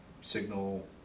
signal